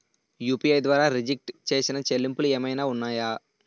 UPI ద్వారా restrict చేసిన చెల్లింపులు ఏమైనా ఉన్నాయా?